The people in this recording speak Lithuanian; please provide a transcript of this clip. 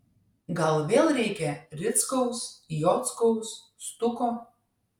gal vėl reikia rickaus jockaus stuko